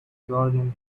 garden